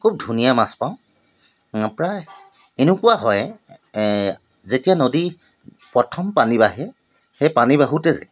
খুব ধুনীয়া মাছ পাওঁ প্ৰায় এনেকুৱা হয় যেতিয়া নদী প্ৰথম পানী বাঢ়ে সেই পানী বাঢ়োঁতে যে